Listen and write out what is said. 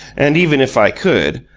and, even if i could,